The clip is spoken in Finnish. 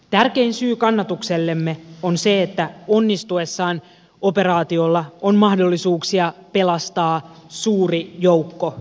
tärkein syy kannatuksellemme on se että onnistuessaan operaatiolla on mahdollisuuksia pelastaa suuri joukko ihmishenkiä